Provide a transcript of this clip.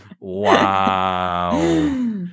wow